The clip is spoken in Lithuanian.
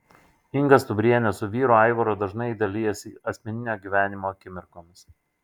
inga stumbrienė su vyru aivaru dažnai dalijasi asmeninio gyvenimo akimirkomis